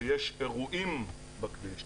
כשיש אירועים בכביש,